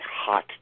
Hot